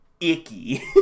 icky